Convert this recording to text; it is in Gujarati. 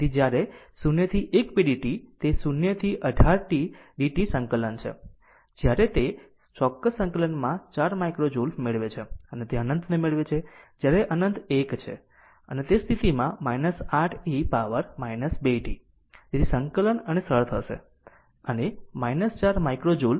તેથી જ્યારે 0 થી 1 pdt તે 0 થી 1 8 t dt સંકલનટ છે ત્યારે તે ચોક્કસ સંકલનમાં 4 માઇક્રો જુલ મેળવે છે અને 1 અનંતને મળે છે જ્યારે તે અનંત 1 છે અને તે સ્થિતિમાં 8 e પાવર 2 t તેથી સંકલન અને સરળ થશે 4 માઇક્રો જુલ